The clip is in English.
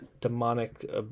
demonic